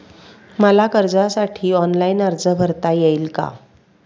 मला कर्जासाठी ऑनलाइन अर्ज भरता येईल का?